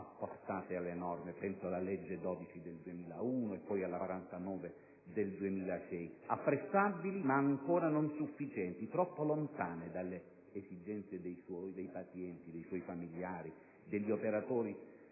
apportate alle norme: penso alle leggi n. 12 del 2001 e n. 49 del 2006, apprezzabili ma ancora non sufficienti, troppo lontane dalle esigenze dei pazienti, dei loro familiari, degli operatori